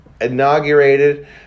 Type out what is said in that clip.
inaugurated